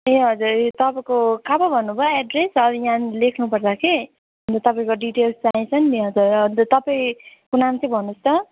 ए हजुर ए तपाईँको कहाँ पो भन्नुभयो एड्रेस सरी यहाँ लेख्नुपर्छ कि अब तपाईँको डिटेल्स चाहिन्छ नि यहाँ त अन्त तपाईँको नाम चाहिँ भन्नुहोस् त